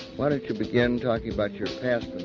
why don't you begin talking about your past